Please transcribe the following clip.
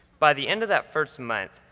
by the end of that first month,